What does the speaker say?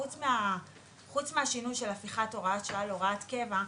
חוץ מהשינוי של הפיכת הוראת שנה להוראת קבע,